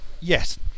yes